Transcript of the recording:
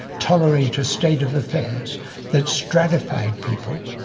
tolerate a state of affairs that stratified people,